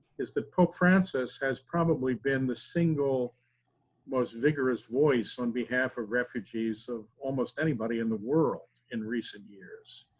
is that pope francis has probably been the single most vigorous voice on behalf of refugees of almost anybody in the world in recent years.